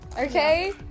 okay